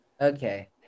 Okay